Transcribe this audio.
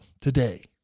today